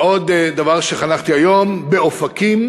ועוד דבר שחנכתי היום באופקים: